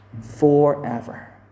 Forever